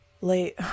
late